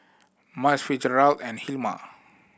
Myles Fitzgerald and Hilma